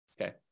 Okay